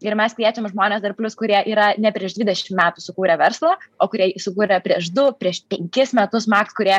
ir mes kviečiame žmones dar plius kurie yra ne prieš dvidešim metų sukūrę verslą o kurie jį sukūrė prieš du prieš penkis metus maks kurie